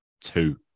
two